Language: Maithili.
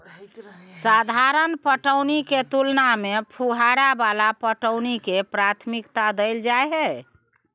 साधारण पटौनी के तुलना में फुहारा वाला पटौनी के प्राथमिकता दैल जाय हय